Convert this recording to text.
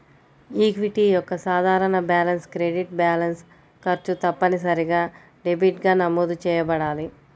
equity యొక్క సాధారణ balance credit balance, ఖర్చు తప్పనిసరిగా డెబిట్గా నమోదు చేయబడాలి